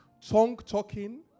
Tongue-talking